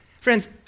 Friends